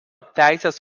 teisės